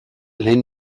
lehen